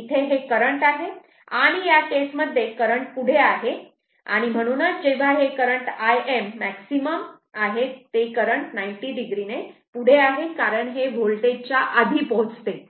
इथे हे करंट आहे आणि या केस मध्ये करंट पुढे आहे आणि म्हणूनच जेव्हा हे करंट Im मॅक्सिमम आहे ते करंट 90 डिग्री ने पुढे आहे कारण हे होल्टेज च्या आधी पोहोचते